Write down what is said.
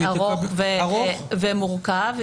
-- ארוך ומורכב.